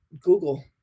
Google